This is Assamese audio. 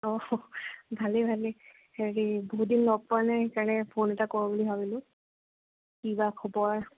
অ' ভালেই ভালেই হেৰি বহু দিন লগ পোৱা নাই সেইকাৰণে ফোন এটা কৰোঁ বুলি ভাবিলোঁ কি বা খবৰ